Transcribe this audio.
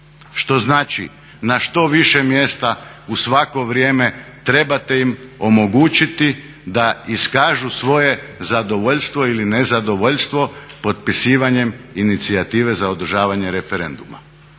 Što znači na što više mjesta u svako vrijeme trebate im omogućiti da iskažu svoje zadovoljstvo ili nezadovoljstvo potpisivanjem inicijative za održavanje referenduma.